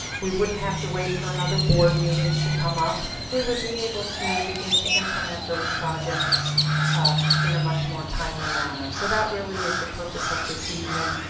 we wouldn't have to wait for another board meeting to come up. we would be able to begin to implement those projects in a much more timely manner. so that really is the purpose of this evening,